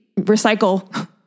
recycle